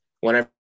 whenever